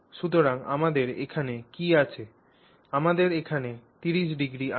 সুতরাং আমাদের এখানে কী আছে আমাদের এখানে 30o আছে